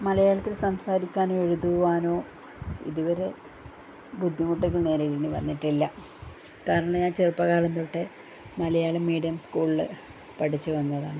മലയാളത്തിൽ സംസാരിക്കാനോ എഴുതുവാനോ ഇതുവരെ ബുദ്ധിമുട്ടൊന്നും നേരിടേണ്ടി വന്നട്ടില്ല കാരണം ഞാൻ ചെറുപ്പകാലം തൊട്ടേ മലയാളം മീഡിയം സ്കൂളില് പഠിച്ച് വന്നതാണ്